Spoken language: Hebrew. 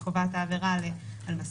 היא קובעת את העבירה על מסכה,